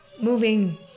moving